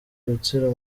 rutsiro